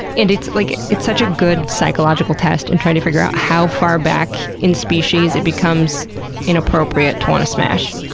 and it's like it's such a good psychological test in and trying to figure out how far back in species it becomes inappropriate to want to smash.